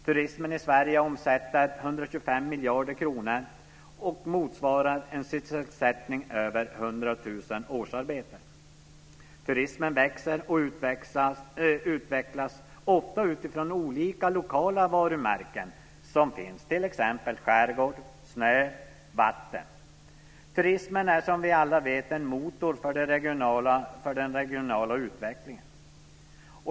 Turismen i Sverige omsätter 125 miljarder kronor och motsvarar en sysselsättning på över 100 000 årsarbeten. Turismen växer och utvecklas ofta utifrån olika lokala "varumärken", t.ex. skärgård, snö och vatten. Turismen är som vi alla vet en motor för den regionala utvecklingen.